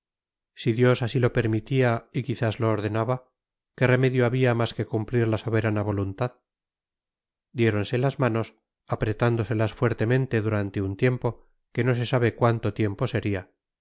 si dios así lo permitía y quizás lo ordenaba qué remedio había más que cumplir la soberana voluntad diéronse las manos apretándoselas fuertemente durante un tiempo que no se sabe cuánto tiempo sería